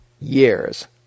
years